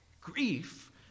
Grief